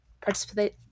participate